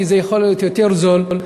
כי זה יכול להיות יותר זול,